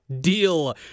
Deal